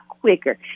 quicker